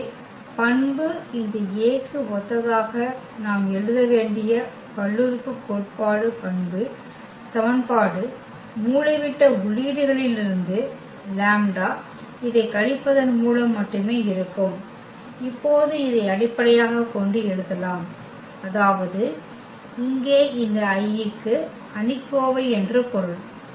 எனவே பண்பு இந்த A க்கு ஒத்ததாக நாம் எழுத வேண்டிய பல்லுறுப்புக்கோட்டு பண்பு சமன்பாடு மூலைவிட்ட உள்ளீடுகளிலிருந்து λ இதைக் கழிப்பதன் மூலம் மட்டுமே இருக்கும் இப்போது இதை அடிப்படையாகக் கொண்டு எழுதலாம் அதாவது இங்கே இந்த I க்கு அணிக்கோவை என்று பொருள்